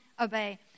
obey